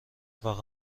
فقط